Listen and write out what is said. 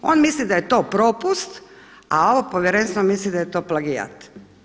On misli da je to propust, a ovo Povjerenstvo misli da je to plagijat.